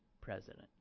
president